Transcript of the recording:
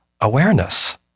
awareness